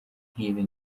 nk’ibi